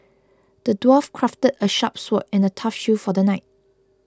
the dwarf crafted a sharp sword and a tough shield for the knight